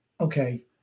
Okay